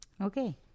Okay